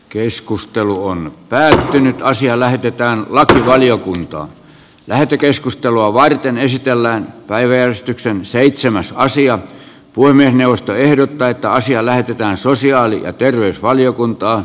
keskustelu on päättynyt ja asia lähetetään lakivaliokuntaan lähetekeskustelua varten esitellään päiväjärjestyksen seitsemässä asian puiminen puhemiesneuvosto ehdottaa että asia lähetetään sosiaali ja terveysvaliokuntaan